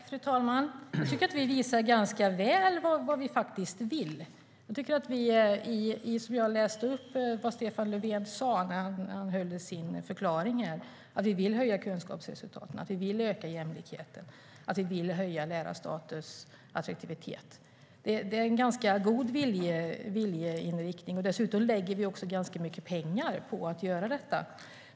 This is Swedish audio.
Fru talman! Jag tycker att vi visar ganska väl vad vi faktiskt vill. Jag läste upp vad Stefan Löfven sa i regeringsförklaringen: Vi vill höja kunskapsresultaten, vi vill öka jämlikheten och vi vill höja läraryrkets attraktivitet. Det är en ganska god viljeinriktning. Dessutom lägger vi ganska mycket pengar på att göra detta.